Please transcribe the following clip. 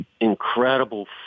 incredible